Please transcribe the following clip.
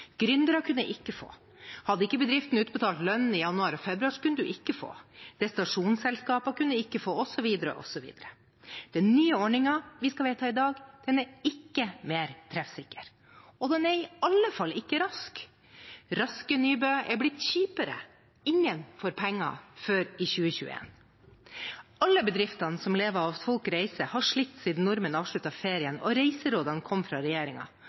kunne ikke få. Hadde ikke bedriftene utbetalt lønn i januar og februar, så kunne man ikke få. Destinasjonsselskaper kunne ikke få, osv. osv. Den nye ordningen, som vi skal vedta i dag, er ikke mer treffsikker, og den er i alle fall ikke rask. Raske Nybø er blitt kjipere, ingen får penger før i 2021. Alle bedriftene som lever av at folk reiser, har slitt siden nordmenn avsluttet ferien og reiserådene kom fra